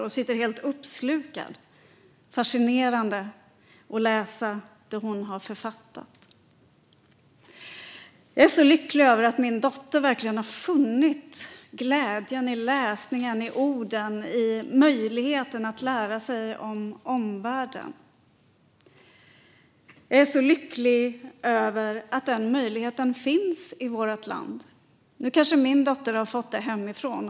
Hon sitter helt uppslukad. Det är fascinerande att läsa det hon har författat. Jag är så lycklig över att min dotter verkligen har funnit glädjen i läsningen, i orden, i möjligheten att lära sig om omvärlden. Jag är så lycklig över att den möjligheten finns i vårt land. Nu kanske min dotter har fått det hemifrån.